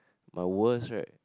but worst right